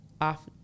Off